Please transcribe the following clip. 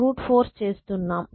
brute force చేస్తున్నాము